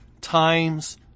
times